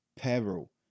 peril